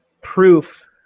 proof